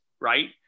Right